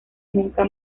nunca